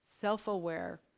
self-aware